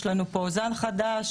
כשיש לנו זן חדש,